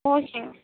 ஓகேங்க